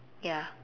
ya